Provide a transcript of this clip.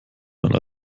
man